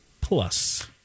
plus